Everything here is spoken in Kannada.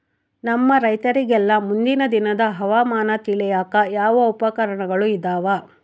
ನಮ್ಮ ರೈತರಿಗೆಲ್ಲಾ ಮುಂದಿನ ದಿನದ ಹವಾಮಾನ ತಿಳಿಯಾಕ ಯಾವ ಉಪಕರಣಗಳು ಇದಾವ?